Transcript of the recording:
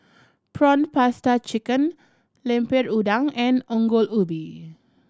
prawn paste chicken Lemper Udang and Ongol Ubi